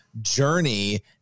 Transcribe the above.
journey